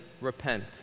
repent